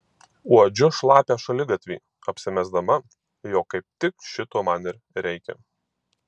uodžiu šlapią šaligatvį apsimesdama jog kaip tik šito man ir reikia